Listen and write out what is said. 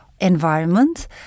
environment